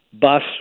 bus